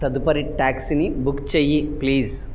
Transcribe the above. తదుపరి టాక్సీని బుక్ చెయ్యి ప్లీజ్